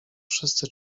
wszyscy